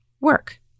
work